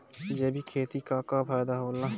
जैविक खेती क का फायदा होला?